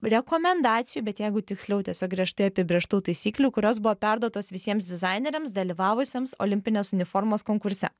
rekomendacijų bet jeigu tiksliau tiesiog griežtai apibrėžtų taisyklių kurios buvo perduotos visiems dizaineriams dalyvavusiems olimpinės uniformos konkurse